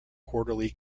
quarterly